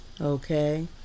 okay